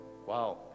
Wow